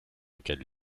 auquel